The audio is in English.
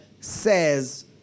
says